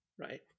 Right